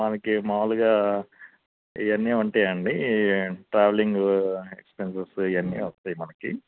మనకి మాములుగా ఇవన్నీ ఉంటాయండి ట్రావెలింగు ఎక్స్పెన్సెస్ ఇవన్నీ వస్తయ మనకి